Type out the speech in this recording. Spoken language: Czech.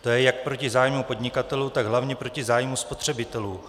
To je jak proti zájmu podnikatelů, tak hlavně proti zájmu spotřebitelů.